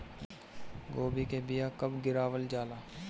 गोभी के बीया कब गिरावल जाला?